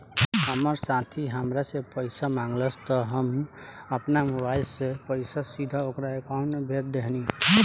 हमार साथी हामरा से पइसा मगलस त हम आपना मोबाइल से पइसा सीधा ओकरा खाता में भेज देहनी